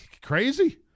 Crazy